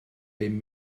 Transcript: bum